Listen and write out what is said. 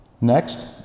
Next